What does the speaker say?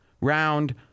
round